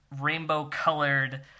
rainbow-colored